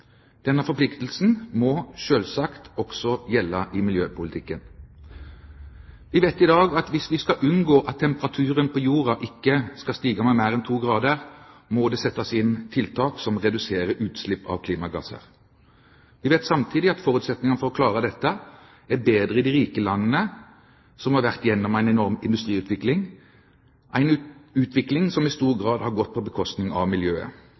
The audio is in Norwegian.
Denne forpliktelsen må selvsagt også gjelde i miljøpolitikken. Vi vet i dag at hvis vi skal unngå at temperaturen på jorda skal stige med mer enn to grader, må det settes inn tiltak som reduserer utslipp av klimagasser. Vi vet samtidig at forutsetningen for å klare dette, er bedre i de rike landene som har vært gjennom en enorm industriutvikling, en utvikling som i stor grad har gått på bekostning av miljøet.